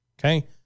okay